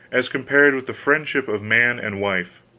as compared with the friendship of man and wife,